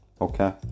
Okay